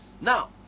Now